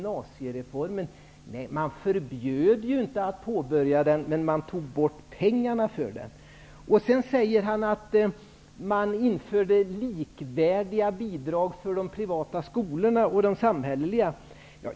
Nej, man förbjöd inte att den skulle påbörjas, men pengarna togs bort. Vidare säger han att likvärdiga bidrag infördes för de privata skolorna och de offentliga skolorna.